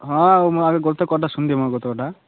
ହଁ ଗୋଟେ ଶୁନିଦିଅ ମୋ